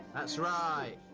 that's right.